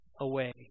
away